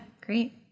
great